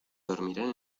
dormirán